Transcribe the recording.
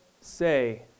say